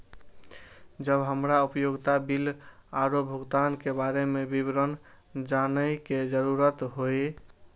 जब हमरा उपयोगिता बिल आरो भुगतान के बारे में विवरण जानय के जरुरत होय?